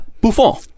Buffon